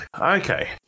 Okay